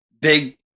big